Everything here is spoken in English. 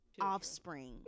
offspring